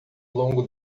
longo